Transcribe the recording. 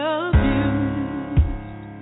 abused